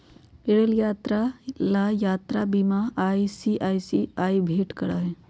rail यात्रा ला यात्रा बीमा आई.सी.आई.सी.आई भेंट करा हई